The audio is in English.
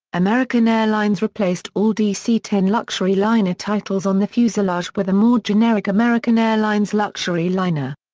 american airlines replaced all dc ten luxuryliner titles on the fuselage with a more generic american airlines luxuryliner.